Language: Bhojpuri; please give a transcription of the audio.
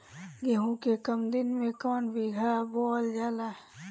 गेहूं के कम दिन के कवन बीआ बोअल जाई?